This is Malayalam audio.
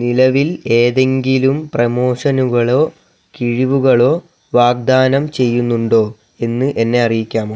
നിലവിൽ ഏതെങ്കിലും പ്രമോഷനുകളോ കിഴിവുകളോ വാഗ്ദാനം ചെയ്യുന്നുണ്ടോ എന്ന് എന്നെ അറിയിക്കാമോ